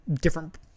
different